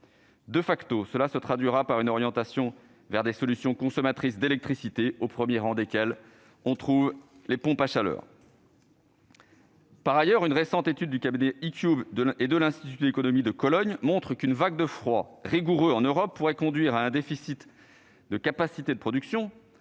Ces mesures se traduisent par le développement de solutions consommatrices d'électricité, au premier rang desquelles les pompes à chaleur. Par ailleurs, une récente étude du cabinet E-CUBE et de l'Institut d'économie de Cologne montre qu'une vague de froid rigoureux en Europe pourrait conduire à un déficit de capacité de production